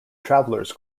travelers